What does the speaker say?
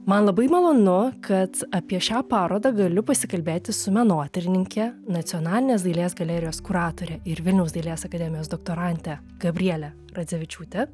man labai malonu kad apie šią parodą galiu pasikalbėti su menotyrininke nacionalinės dailės galerijos kuratore ir vilniaus dailės akademijos doktorante gabriele radzevičiūte